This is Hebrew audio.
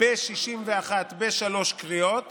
ב-61 בשלוש קריאות